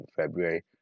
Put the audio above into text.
February